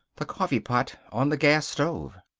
the coffeepot on the gas stove.